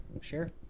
Sure